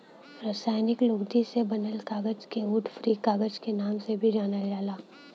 रासायनिक लुगदी से बनल कागज के वुड फ्री कागज क नाम से भी जानल जाला